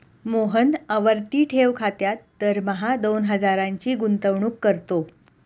मोहन आवर्ती ठेव खात्यात दरमहा दोन हजारांची गुंतवणूक करतो